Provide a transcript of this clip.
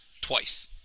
twice